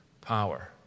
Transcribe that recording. power